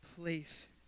place